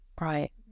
Right